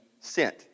sent